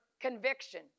conviction